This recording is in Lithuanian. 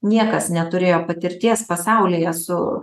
niekas neturėjo patirties pasaulyje su